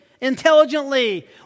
intelligently